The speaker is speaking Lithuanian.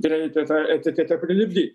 reikia tą etiketę prilipdyt